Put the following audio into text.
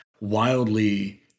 wildly